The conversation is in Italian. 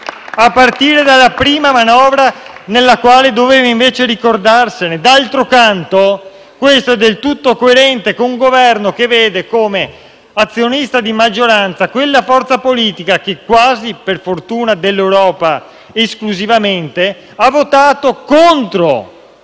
a partire dalla prima manovra nella quale doveva invece ricordarsene. D'altro canto, questo è del tutto coerente per un Governo che vede come azionista di maggioranza quella forza politica che, quasi esclusivamente (per fortuna dell'Europa), ha votato contro